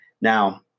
Now